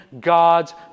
God's